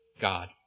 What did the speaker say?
God